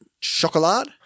Chocolat